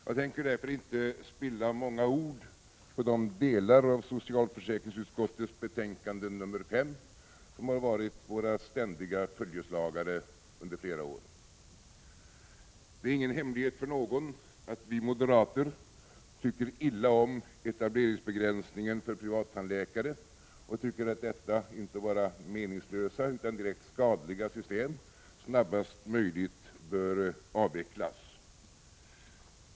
Jag tänker därför inte spilla många ord på de delar av socialförsäkringsutskottets betänkande 5 som har varit våra ständiga följeslagare under flera år. Det är ingen hemlighet för någon att vi moderater tycker illa om etableringsbegränsningen för privattandläkare och tycker att detta inte bara meningslösa utan direkt skadliga system snabbast möjligt bör avvecklas.